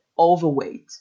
overweight